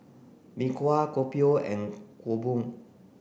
Mee Kuah Kopi O and Kuih Bom